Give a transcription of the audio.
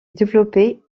développé